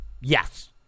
yes